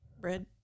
bread